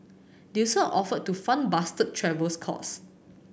they also offered to fund Bastard's travel costs